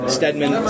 Stedman